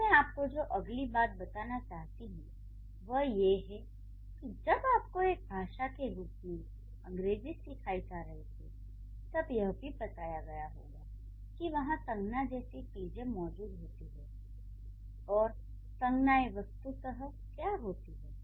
अब मैं आपको जो अगली बात बताना चाहती हूँ वह ये कि जब आपको एक भाषा के रूप में अंग्रेजी सिखाई जा रही थी तब यह भी बताया गया होगा कि वहाँ संज्ञा जैसी चीजें मौजूद होती हैं और संज्ञाएँ वस्तुत क्या होती हैं